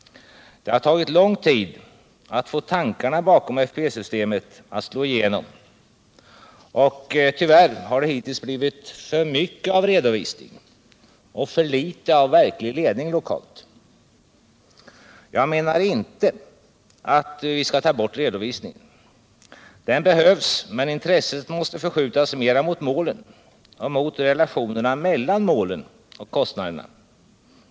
Det har tagit lång tid att få tankegångarna bakom FPE-systemet att slå igenom, och tyvärr har det hittills blivit för mycket av redovisning och för litet av verklig ledning lokalt. Jag menar inte att vi skall ta bort redovisningen. Den behövs. Men intresset måste förskjutas mer mot målen och mot relationerna mellan målen och kostnaderna.